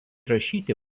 rašyti